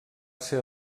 ser